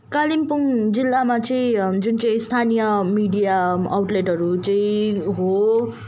कालिम्पोङ जिल्लमा चाहिँ जुन चाहिँ स्थानीय मिडिया आउटलेटहरू चाहिँ हो